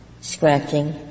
scratching